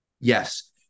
Yes